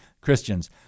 Christians